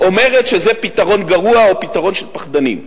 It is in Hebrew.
אומרת שזה פתרון גרוע או פתרון של פחדנים.